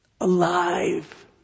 alive